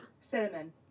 Cinnamon